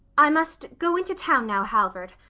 i must go into town now, halvard.